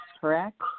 correct